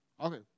Okay